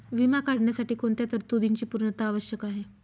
विमा काढण्यासाठी कोणत्या तरतूदींची पूर्णता आवश्यक आहे?